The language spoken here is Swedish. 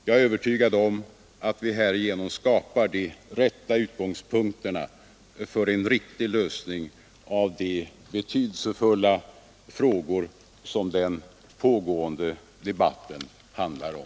Jag är övertygad om att vi härigenom skapar de rätta utgångspunkterna för en riktig lösning av de betydelsefulla frågor som den pågående debatten handlar om.